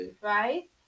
right